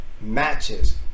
matches